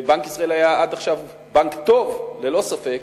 ובנק ישראל היה עד עכשיו בנק טוב, ללא ספק,